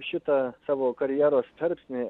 šitą savo karjeros tarpsnį